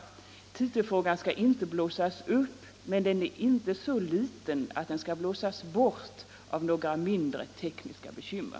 Titelfrågan skall inte blåsas upp, men den är inte så liten att den skall blåsas bort av några mindre, tekniska bekymmer.